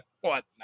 whatnot